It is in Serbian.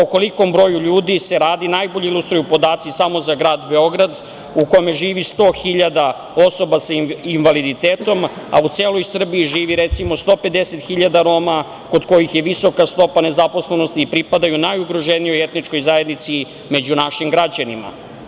O kolikom broju ljudi se radi najbolje ilustruju podaci samo za grad Beograd u kome živi sto hiljada osoba sa invaliditetom, a u celoj Srbiji živi recimo 150 hiljada Roma kod kojih je visoka stopa nezaposlenosti i pripadaju najugroženijoj etničkoj zajednici među našim građanima.